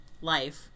life